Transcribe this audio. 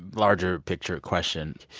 larger picture question.